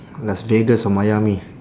las vegas or miami